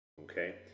okay